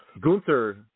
Gunther